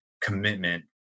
commitment